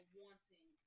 wanting